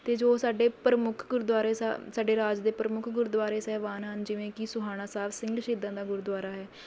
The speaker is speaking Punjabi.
ਅਤੇ ਜੋ ਸਾਡੇ ਪ੍ਰਮੁੱਖ ਗੁਰਦੁਆਰੇ ਸਾ ਸਾਡੇ ਰਾਜ ਦੇ ਪ੍ਰਮੁੱਖ ਗੁਰਦੁਆਰੇ ਸਾਹਿਬਾਨ ਹਨ ਜਿਵੇਂ ਕਿ ਸੋਹਾਣਾ ਸਾਹਿਬ ਸਿੰਘ ਸ਼ਹੀਦਾਂ ਦਾ ਗੁਰਦੁਆਰਾ ਹੈ